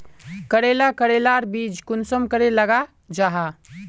करेला करेलार बीज कुंसम करे लगा जाहा?